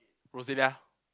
Roselia